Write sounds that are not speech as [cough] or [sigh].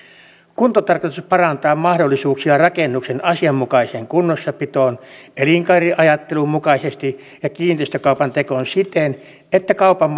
kuntotarkastus parantaa mahdollisuuksia rakennuksen asianmukaiseen kunnossapitoon elinkaariajattelun mukaisesti ja kiinteistökaupan tekoon siten että kaupan [unintelligible]